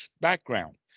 background